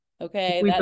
Okay